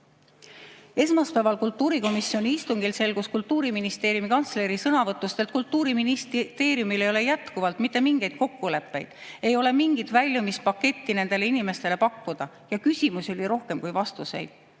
Esmaspäeval kultuurikomisjoni istungil selgus Kultuuriministeeriumi kantsleri sõnavõtust, et Kultuuriministeeriumil ei ole jätkuvalt mitte mingeid kokkuleppeid. Ei ole mingit väljumispaketti nendele inimestele pakkuda. Ja küsimusi oli rohkem kui vastuseid.